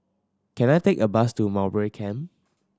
can I take a bus to Mowbray Camp